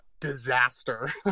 disaster